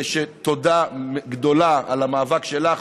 תודה גדולה על המאבק שלך,